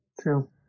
True